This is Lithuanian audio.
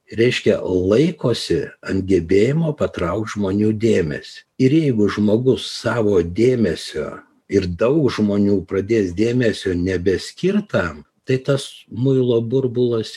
reiškia laikosi ant gebėjimo patraukt žmonių dėmesį ir jeigu žmogus savo dėmesio ir daug žmonių pradės dėmesio nebeskirt tam tai tas muilo burbulas